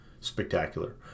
spectacular